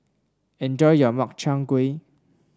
enjoy your Makchang Gui